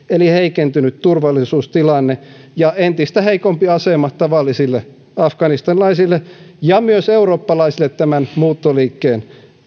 eli heikentynyt turvallisuustilanne ja entistä heikompi asema tavallisille afganistanilaisille ja myös eurooppalaisille tämän muuttoliikkeen